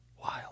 Wild